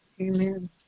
Amen